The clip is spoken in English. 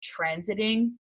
transiting